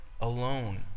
alone